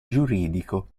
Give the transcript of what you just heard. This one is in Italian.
giuridico